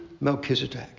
Melchizedek